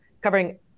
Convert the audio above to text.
covering